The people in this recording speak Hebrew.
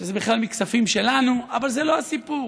שזה בכלל מכספים שלנו, אבל זה לא הסיפור.